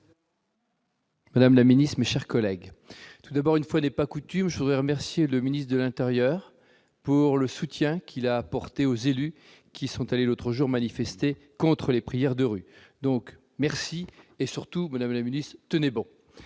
madame la ministre, mes chers collègues, une fois n'est pas coutume, je veux remercier le ministre de l'intérieur du soutien qu'il a apporté aux élus qui sont allés manifester l'autre jour contre les prières de rue. Merci et surtout, madame la ministre, tenez bon